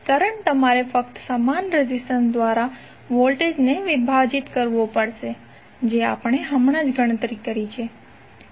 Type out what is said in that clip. current તમારે ફક્ત સમાન રેઝિસ્ટન્સ દ્વારા વોલ્ટેજ ને વિભાજિત કરવું પડશે જે આપણે હમણાં જ ગણતરી કરી છે